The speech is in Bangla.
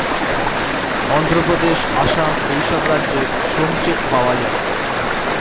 অন্ধ্রপ্রদেশ, আসাম এই সব রাজ্যে শ্রম চেক পাওয়া যায়